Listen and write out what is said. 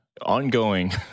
ongoing